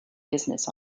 business